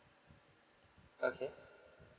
okay